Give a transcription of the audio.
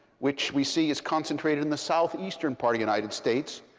which we see is concentrated in the southeastern part of united states,